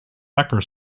decker